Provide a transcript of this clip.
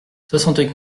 soixante